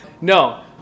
No